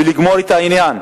ולגמור את העניין.